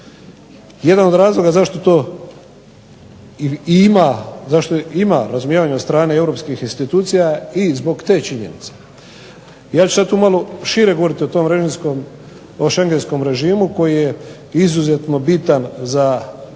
Jedan od razloga zašto i ima razumijevanja od strane europskih institucija je i zbog te činjenice. Ja ću malo šire govoriti o shengenskom režimu koji je izuzetno bitan za